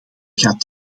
gaat